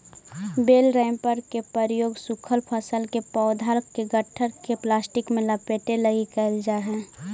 बेल wrapper के प्रयोग सूखल फसल के पौधा के गट्ठर के प्लास्टिक में लपेटे लगी कईल जा हई